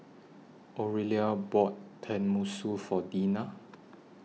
Orelia bought Tenmusu For Deana